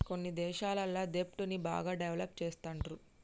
కొన్ని దేశాలల్ల దెబ్ట్ ని బాగా డెవలప్ చేస్తుండ్రు